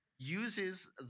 uses